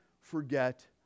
forget